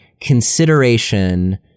consideration